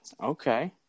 okay